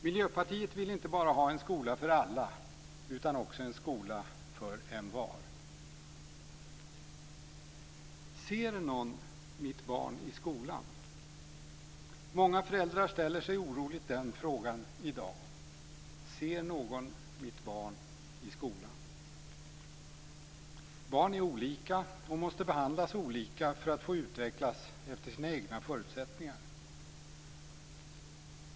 Miljöpartiet vill inte bara ha en skola för alla utan också en skola för envar. Ser någon mitt barn i skolan? Många föräldrar ställer sig oroligt den frågan i dag. Ser någon mitt barn i skolan? Barn är olika och måste behandlas olika för att få utvecklas efter sina egna förutsättningar.